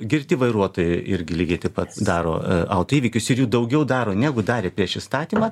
girti vairuotojai irgi lygiai taip pat daro autoįvykius ir jų daugiau daro negu darė prieš įstatymą